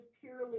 purely